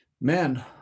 Man